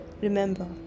Remember